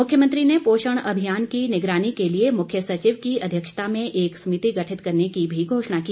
मुख्यमंत्री ने पोषण अभियान की निगरानी के लिए मुख्य सचिव की अध्यक्षता में एक समिति गठित करने की भी घोषणा की